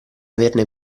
averne